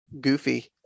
goofy